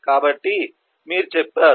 కాబట్టి మీరు చెప్పారు